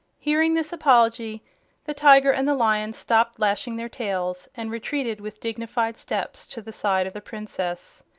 hearing this apology the tiger and the lion stopped lashing their tails and retreated with dignified steps to the side of the princess.